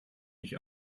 mich